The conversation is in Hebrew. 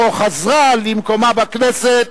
או חזרה למקומה בכנסת,